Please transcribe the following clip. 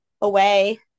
away